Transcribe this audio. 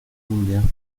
mundial